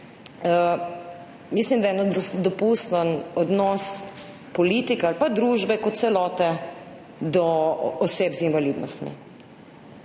Mislim, da je nedopusten odnos politike ali pa družbe kot celote do oseb z invalidnostmi.